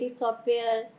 software